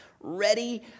Ready